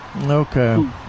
Okay